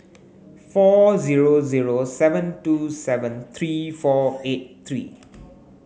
four zero zero seven two seven three four eight three